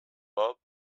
bob